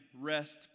rest